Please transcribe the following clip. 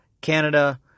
Canada